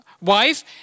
wife